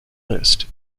list